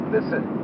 Listen